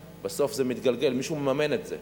בסוף זה מתגלגל, מישהו מממן את זה.